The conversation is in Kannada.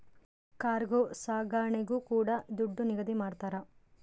ಕಾರ್ಗೋ ಸಾಗಣೆಗೂ ಕೂಡ ದುಡ್ಡು ನಿಗದಿ ಮಾಡ್ತರ